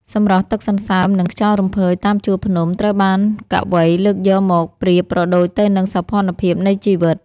សម្រស់ទឹកសន្សើម និងខ្យល់រំភើយតាមជួរភ្នំ ត្រូវបានកវីលើកយកមកប្រៀបប្រដូចទៅនឹងសោភ័ណភាពនៃជីវិត។